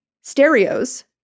stereos